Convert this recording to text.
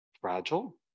fragile